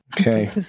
Okay